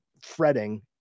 fretting